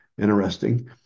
Interesting